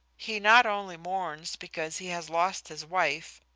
he not only mourns because he has lost his wife,